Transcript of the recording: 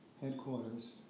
headquarters